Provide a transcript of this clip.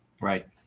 Right